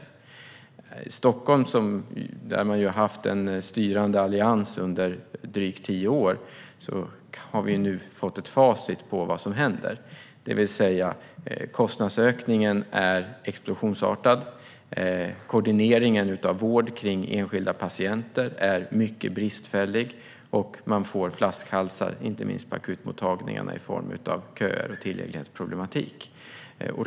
I Stockholm, där Alliansen har styrt i drygt tio år, har vi nu fått ett facit på vad som händer. Kostnadsökningen är explosionsartad, koordineringen av vård för enskilda patienter är mycket bristfällig och man får flaskhalsar - inte minst på akutmottagningarna - i form av köer och tillgänglighetsproblematik.